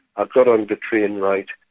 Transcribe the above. i got on the train, right,